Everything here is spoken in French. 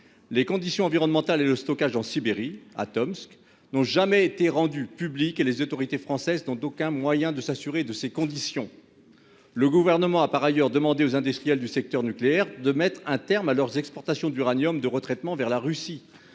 Les conditions environnementales et de stockage en Sibérie, à Tomsk, n'ont jamais été rendues publiques, et les autorités françaises n'ont aucun moyen de s'en assurer. Le Gouvernement a par ailleurs demandé aux industriels du secteur nucléaire de mettre un terme à leurs exportations d'uranium de retraitement vers la Russie.